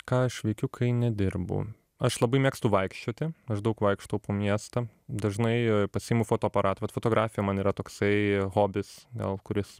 ką aš veikiu kai nedirbu aš labai mėgstu vaikščioti aš daug vaikštau po miestą dažnai pasiimu fotoaparatą vat fotografija man yra toksai hobis gal kuris